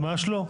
ממש לא.